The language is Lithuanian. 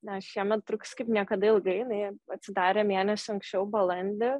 na šiemet truks kaip niekada ilgai jinai atsidarė mėnesiu anksčiau balandį